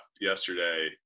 yesterday